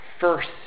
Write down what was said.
first